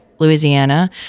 Louisiana